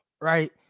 right